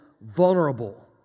vulnerable